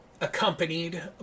accompanied